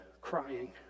crying